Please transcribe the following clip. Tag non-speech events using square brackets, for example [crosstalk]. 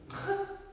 [laughs]